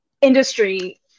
industry